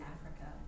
Africa